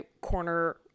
corner